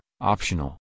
optional